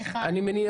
בבקשה.